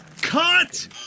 Cut